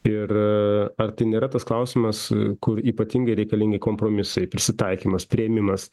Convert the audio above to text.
ir ar tai nėra tas klausimas kur ypatingai reikalingi kompromisai prisitaikymas priėmimas